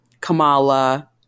Kamala